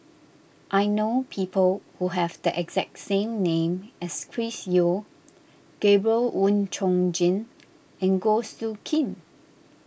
I know people who have the exact same name as Chris Yeo Gabriel Oon Chong Jin and Goh Soo Khim